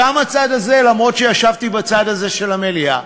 גם הצד הזה, אף שישבתי בצד הזה של המליאה,